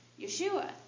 Yeshua